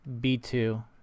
b2